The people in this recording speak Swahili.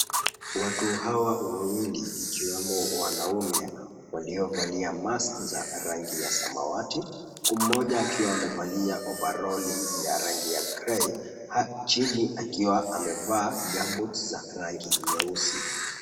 Watu hawa wawili ikiwemo wanaume waliovalia masks za rangi ya samawati, huku mmoja akiwa amevalia ovaroli ya rangi ya grey . Chini akiwa amevaa gumboots za rangi nyeusi.